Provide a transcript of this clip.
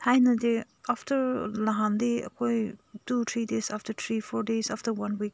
ꯊꯥꯏꯅꯗꯤ ꯑꯥꯐꯇꯔ ꯅꯍꯥꯟꯗꯤ ꯑꯩꯈꯣꯏ two three days after three four days after one week